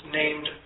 named